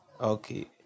Okay